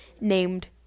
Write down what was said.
named